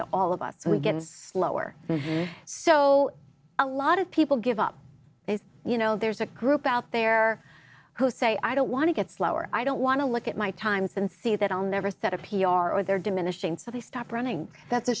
to all of us we get slower so a lot of people give up you know there's a group out there who say i don't want to get slower i don't want to look at my times and see that i'll never set a p r or their diminishing so they stop running that's a